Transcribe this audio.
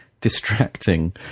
distracting